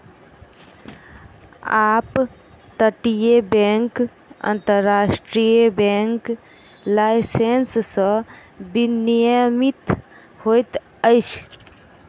up तटीय bank अन्तर्राष्ट्रीय bank licence सॅ विनियमित होइत अछि